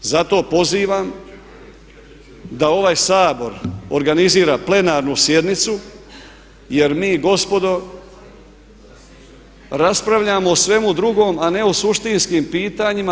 I zato pozivam da ovaj Sabor organizira plenarnu sjednicu jer mi gospodo raspravljamo o svemu drugom a ne o suštinskim pitanjima.